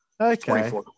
Okay